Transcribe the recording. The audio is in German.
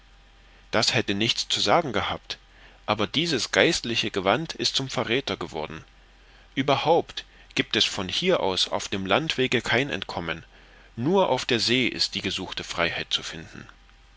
das hätte nichts zu sagen gehabt aber dieses geistliche gewand ist zum verräther geworden ueberhaupt gibt es von hier aus auf dem landwege kein entkommen nur auf der see ist die gesuchte freiheit zu finden